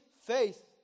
faith